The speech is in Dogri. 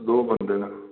दो बंदे न